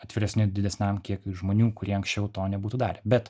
atviresni didesniam kiekiui žmonių kurie anksčiau to nebūtų darę bet